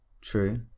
true